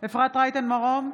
רייטן מרום,